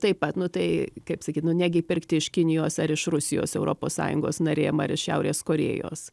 taip pat nu tai kaip sakyt nu negi pirkti iš kinijos ar iš rusijos europos sąjungos narėm ar iš šiaurės korėjos